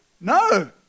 No